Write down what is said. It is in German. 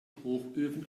hochöfen